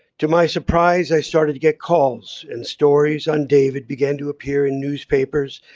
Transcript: to my surprise, i started to get calls and stories on david began to appear in newspapers,